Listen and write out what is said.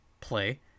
play